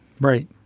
Right